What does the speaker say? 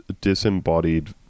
disembodied